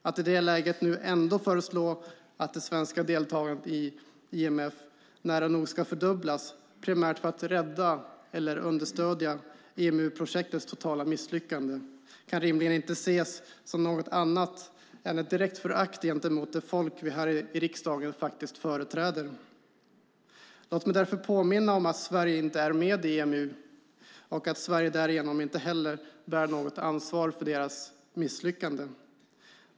Att i detta läge nu ändå föreslå att det svenska deltagandet i IMF nära nog ska fördubblas, primärt för att rädda eller understödja EMU-projektets totala misslyckande, kan rimligen inte ses som något annat än ett direkt förakt gentemot det folk vi här i riksdagen faktiskt företräder. Låt mig därför påminna om att Sverige inte är med i EMU och att Sverige därigenom inte heller bär något ansvar för dess misslyckande.